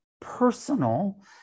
personal